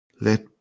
let